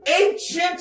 ancient